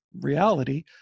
reality